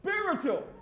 Spiritual